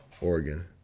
Oregon